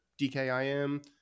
DKIM